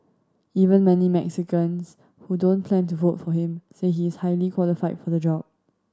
even many Mexicans who don't plan to vote for him say he is highly qualified for the job